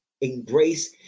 embrace